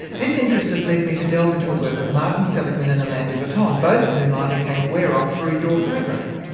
this interest has led me to delve into the work of martin seligman and alain de botton, both of whom i became aware of through your program.